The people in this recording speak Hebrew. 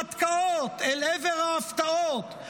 ההרפתקאות, אל עבר ההפתעות.